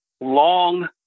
long